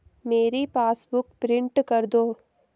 मेरी passbook print कर दो